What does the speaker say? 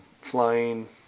flying